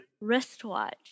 wristwatch